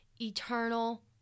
eternal